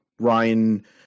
Ryan